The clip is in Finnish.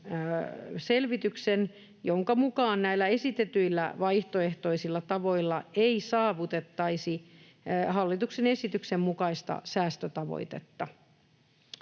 selvityksen, jonka mukaan näillä esitetyillä vaihtoehtoisilla tavoilla ei saavutettaisi hallituksen esityksen mukaista säästötavoitetta.